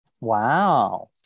Wow